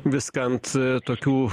viską ant tokių